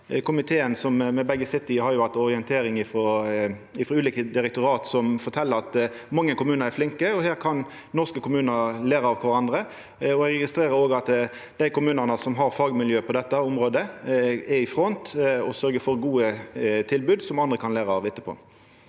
Komiteen som me begge sit i, har hatt orientering frå ulike direktorat, som fortel at mange kommunar er flinke. Her kan norske kommunar læra av kvarandre. Eg registrerer òg at dei kommunane som har fagmiljø på dette området, er i front og sørgjer for gode tilbod, som andre kan læra av etterpå.